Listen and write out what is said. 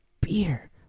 beer